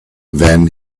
then